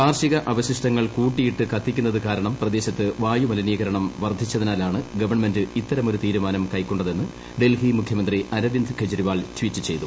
കാർഷിക അവശിഷ്ടങ്ങൾ കൂട്ടിയിട്ട് കത്തിക്കുന്നത് കാരണം പ്രദേശത്ത് വായുമലിനീകരണം വർദ്ധിച്ചതിനാലാണ് ഗവൺമെന്റ് ഇത്തരമൊരു തീരുമാനം കൈകൊണ്ടതെന്ന് ഡൽഹി മുഖ്യമന്ത്രി അരവിന്ദ് കെജ്റിവാൾ ട്വീറ്റ്ചെയ്തു